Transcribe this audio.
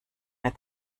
mehr